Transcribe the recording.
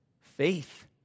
Faith